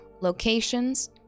locations